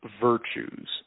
virtues